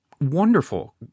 wonderful